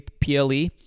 PLE